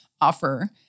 offer